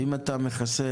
אם אתה מכסה